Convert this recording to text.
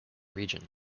region